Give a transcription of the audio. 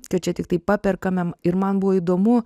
kad čia tiktai paperkamam ir man buvo įdomu